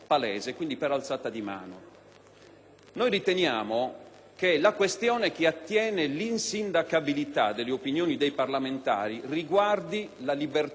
Noi riteniamo che la questione che attiene alla insindacabilità delle opinioni dei parlamentari riguardi la libertà di espressione del parlamentare